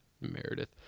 meredith